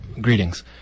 greetings